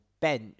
bench